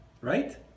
right